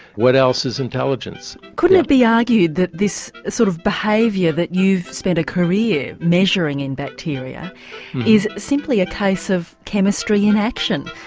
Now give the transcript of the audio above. what else is intelligence? couldn't it be argued that this sort of behaviour that you've spent a career measuring in bacteria is simply a case of chemistry in action,